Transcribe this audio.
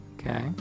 Okay